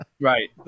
right